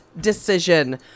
decision